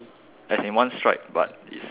as in one stripe but is